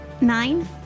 Nine